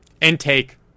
intake